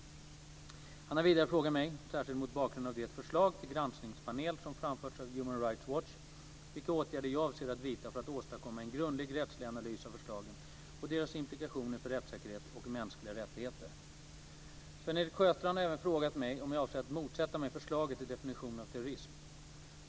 Han har vidare frågat mig, särskilt mot bakgrund av det förslag till granskningspanel som framförts av Human Rights Watch, vilka åtgärder jag avser att vidta för att åstadkomma en grundlig rättslig analys av förslagen och deras implikationer för rättssäkerhet och mänskliga rättigheter. Sven-Erik Sjöstrand har även frågat mig om jag avser att motsätta mig förslaget till definition av terrorism.